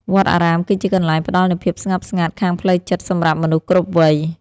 វត្តអារាមគឺជាកន្លែងផ្តល់នូវភាពស្ងប់ស្ងាត់ខាងផ្លូវចិត្តសម្រាប់មនុស្សគ្រប់វ័យ។